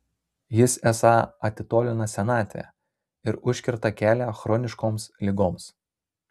jis esą atitolina senatvę ir užkerta kelią chroniškoms ligoms